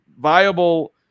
viable